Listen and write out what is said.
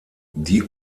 die